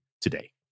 today